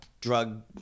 drug